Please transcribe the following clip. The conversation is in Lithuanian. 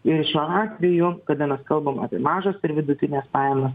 ir šiuo atveju kada mes kalbam apie mažas ir vidutines pajamas